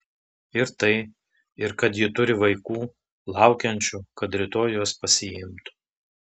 ir tai ir kad ji turi vaikų laukiančių kad rytoj juos pasiimtų